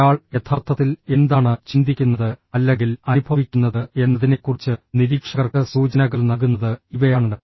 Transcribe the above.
ഒരാൾ യഥാർത്ഥത്തിൽ എന്താണ് ചിന്തിക്കുന്നത് അല്ലെങ്കിൽ അനുഭവിക്കുന്നത് എന്നതിനെക്കുറിച്ച് നിരീക്ഷകർക്ക് സൂചനകൾ നൽകുന്നത് ഇവയാണ്